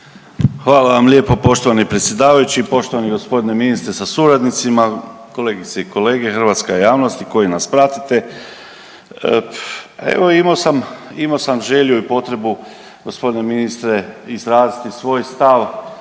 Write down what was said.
Hvala vam lijepo poštovani predsjedavajući. Poštovani gospodine ministre sa suradnicima, kolegice i kolege, hrvatska javnosti koji nas pratite, evo imao sam, imao sam želju i potrebu gospodine ministre izraziti svoj stav